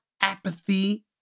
apathy